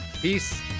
Peace